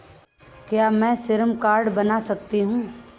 क्या मैं श्रम कार्ड बनवा सकती हूँ?